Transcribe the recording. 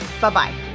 Bye-bye